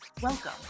welcome